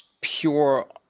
pure